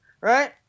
right